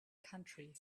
country